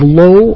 low